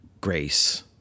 grace